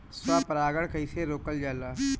स्व परागण कइसे रोकल जाला?